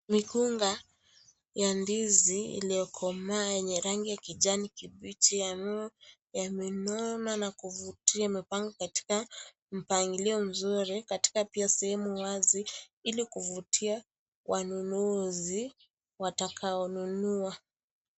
Mikunga ya ndizi iliyokomaa yenye rangi ya kijani kibichi yamenona na kuvutia, yamepangwa katika mpangilio mzuri katika pia sehemu wazi ili kuvutia wanunuzi watakao nunua.